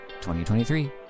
2023